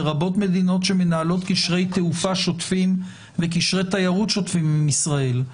לרבות מדינות שמנהלות קשרי תעופה שוטפים וקשרי תיירות שוטפים עם ישראל.